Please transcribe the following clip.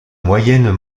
moyennes